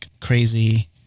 crazy